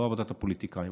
לא עבודת הפוליטיקאים,